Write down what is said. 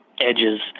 edges